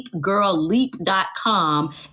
LeapGirlLeap.com